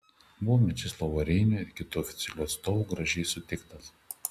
buvo mečislovo reinio ir kitų oficialių atstovų gražiai sutiktas